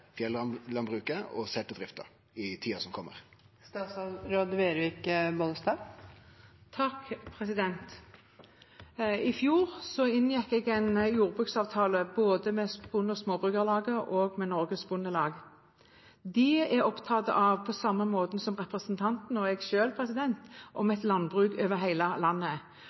fjellandbruket og seterdrifta i tida som kjem? I fjor inngikk jeg en jordbruksavtale med både Bonde- og Småbrukarlaget og Norges Bondelag. De er, på samme måte som representanten og meg selv, opptatt av et landbruk over hele landet.